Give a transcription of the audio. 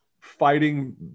fighting